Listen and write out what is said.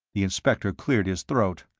the inspector cleared his throat.